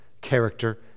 Character